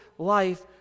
life